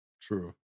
True